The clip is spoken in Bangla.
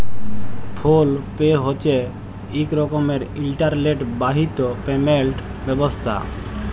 ফোল পে হছে ইক রকমের ইলটারলেট বাহিত পেমেলট ব্যবস্থা